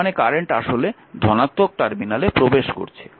তার মানে কারেন্ট আসলে ধনাত্মক টার্মিনালে প্রবেশ করছে